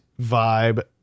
vibe